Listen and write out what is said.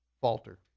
falter